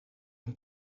een